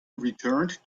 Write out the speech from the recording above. returned